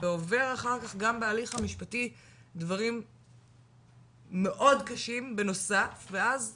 ועובר אחר כך גם בהליך המשפטי דברים מאוד קשים בנוסף ואז